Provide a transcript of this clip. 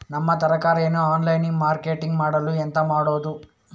ನಮ್ಮ ತರಕಾರಿಯನ್ನು online marketing ಮಾಡಲು ಎಂತ ಮಾಡುದು?